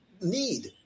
need